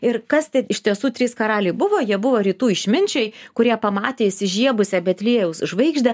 ir kas tie iš tiesų trys karaliai buvo jie buvo rytų išminčiai kurie pamatę įsižiebusią betliejaus žvaigždę